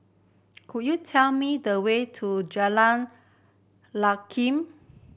could you tell me the way to Jalan Lye Kwee